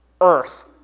earth